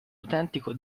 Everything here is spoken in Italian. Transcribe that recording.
autentico